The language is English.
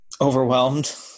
Overwhelmed